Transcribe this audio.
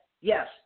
yes